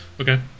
Okay